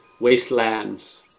Wastelands